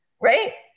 right